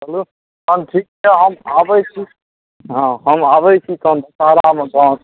चलु तहन ठीक छै हम आबय छी हँ हम आबय छी तब